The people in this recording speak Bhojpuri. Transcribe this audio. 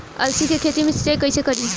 अलसी के खेती मे सिचाई कइसे करी?